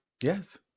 Yes